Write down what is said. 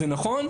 זה נכון,